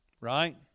Right